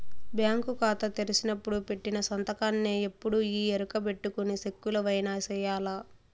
bank కాతా తెరిసినపుడు పెట్టిన సంతకాన్నే ఎప్పుడూ ఈ ఎరుకబెట్టుకొని సెక్కులవైన సెయ్యాల